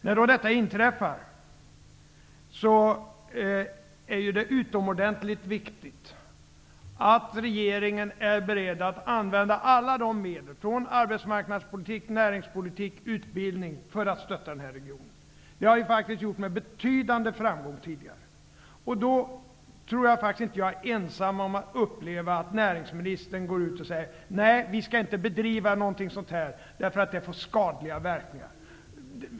När det nu inträffar en sådan här nedläggning är det utomordentligt viktigt att regeringen är beredd att använda alla medel -- från arbetsmarknadspolitik, näringspolitik till utbildning -- för att stötta denna region. Det har vi Socialdemokrater tidigare gjort med betydande framgång. Jag tror inte att jag är ensam om att uppleva det som att näringsministern säger: Nej, vi skall inte bedriva någon näringspolitik, eftersom det får skadliga verkningar.